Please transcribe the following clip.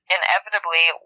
inevitably